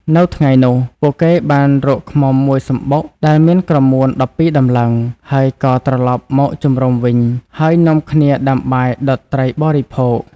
នៅថ្ងៃនោះ ពួកគេបានរកឃ្មុំមួយសំបុកដែលមានក្រមួន១២តម្លឹង ហើយក៏ត្រឡប់មកជំរំវិញ ហើយនាំគ្នាដាំបាយដុតត្រីបរិភោគ។